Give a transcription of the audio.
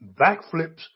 backflips